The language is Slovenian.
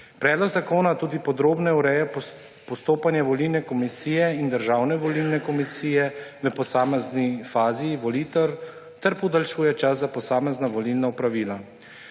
Predlog zakona tudi podrobneje ureje postopanje volilne komisije in Državne volilne komisije v posamezni fazi volitev ter podaljšuje čas za posamezna volilna opravila.